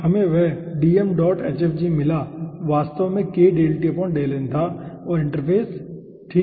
हमें वह मिला वास्तव में था और इंटरफ़ेस ठीक है